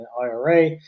IRA